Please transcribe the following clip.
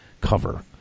cover